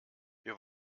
wir